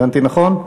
הבנתי נכון?